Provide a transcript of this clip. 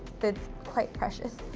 it's quite precious.